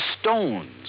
stones